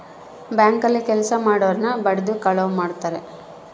bank ಅಲ್ಲಿ ಕೆಲ್ಸ ಮಾಡೊರ್ನ ಬಡಿದು ಕಳುವ್ ಮಾಡ್ತಾರ